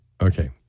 Okay